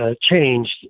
changed